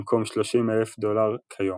במקום 30,000 דולר כיום.